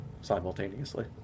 simultaneously